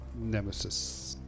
Nemesis